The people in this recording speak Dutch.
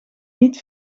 niet